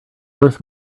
worth